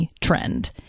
trend